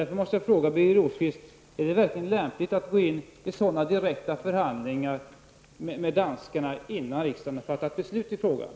Rosqvist: Är det verkligen lämpligt att gå in i direkta förhandlingar med danskarna innan riksdagen har fattat beslut i frågan?